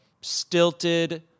stilted